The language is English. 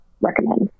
recommend